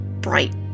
bright